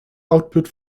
output